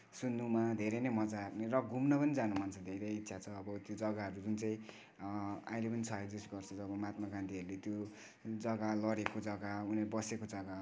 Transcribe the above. सुन्नमा धेरै नै मजा र घुम्न पनि जान मन छ धेरै इच्छा छ अब त्यो जग्गाहरू जुन चाहिँ अहिले पनि छ एक्जिस्ट गर्छ जब महात्मा गान्धीहरूले त्यो जुन जग्गा लडे्को जग्गा उनीहरू बसेको जग्गा